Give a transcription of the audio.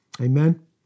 Amen